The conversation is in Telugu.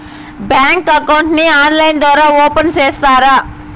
బ్యాంకు అకౌంట్ ని ఆన్లైన్ ద్వారా ఓపెన్ సేస్తారా?